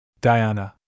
Diana